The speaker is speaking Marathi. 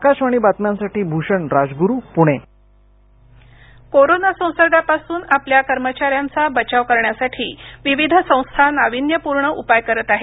आकाशवाणी बातम्यांसाठी भूषण राजगुरू पुणे कोरोना संसर्गापासून आपल्या कर्मचाऱ्यांचा बचाव करण्यासाठी विविध संस्था नावीन्यपूर्ण उपाय करत आहेत